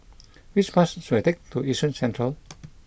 which bus should I take to Yishun Central